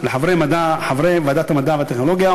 לחברי ועדת המדע והטכנולוגיה,